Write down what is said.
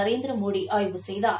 நரேந்திர மோடி ஆய்வு செய்தார்